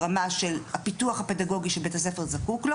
ברמה של הפיתוח הפדגוגי שבית הספר זקוק לו